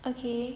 okay